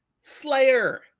Slayer